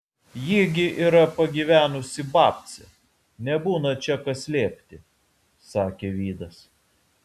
ji gi yra pagyvenusi babcė nebūna čia ką slėpti sakė vydas